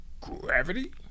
gravity